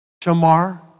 Shamar